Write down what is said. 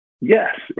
yes